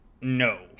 no